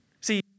See